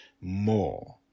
more